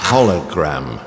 Hologram